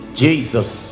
jesus